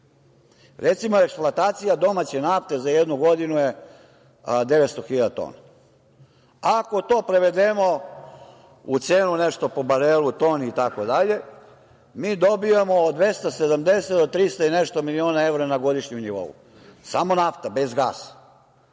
Recimo, eksploatacija domaće nafte za jednu godinu je 900.000 tona. Ako to prevedemo u cenu nešto po barelu, toni itd, mi dobijamo od 270 do 300 i nešto miliona evra na godišnjem nivou, samo nafta, bez gasa. Tako